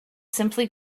simply